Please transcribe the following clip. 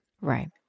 right